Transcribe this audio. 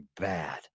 bad